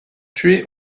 tués